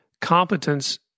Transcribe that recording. competence